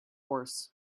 horse